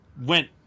went